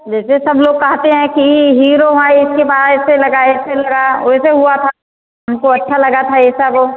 जैसे सब लोग कहते हैं कि हीरो है इसके बाय ऐसे लगा ऐसे लगा ओयसे हुआ था हमको अच्छा लगा था यह सब वह